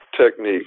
technique